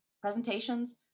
presentations